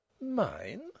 Mine